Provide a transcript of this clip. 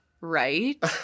right